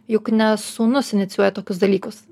juk ne sūnus inicijuoja tokius dalykus